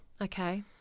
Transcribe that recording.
Okay